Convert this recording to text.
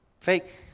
fake